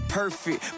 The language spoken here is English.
perfect